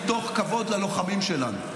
מתוך כבוד ללוחמים שלנו.